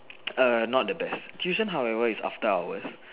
err not the best tuition however is after hours